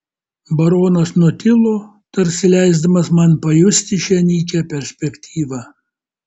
baronas nutilo tarsi leisdamas man pajusti šią nykią perspektyvą